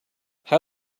how